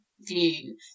view